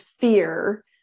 fear